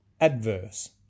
Adverse